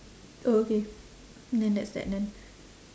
orh okay then that's that done